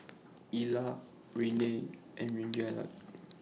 Ella Renae and Reginald